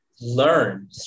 learn